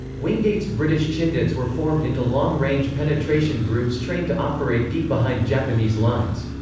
wingate's british chindits were formed into long-range penetration groups trained to operate deep behind japanese lines.